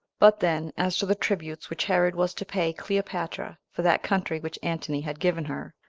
but then, as to the tributes which herod was to pay cleopatra for that country which antony had given her,